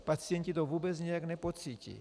Pacienti to vůbec nijak nepocítí.